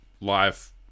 live